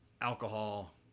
alcohol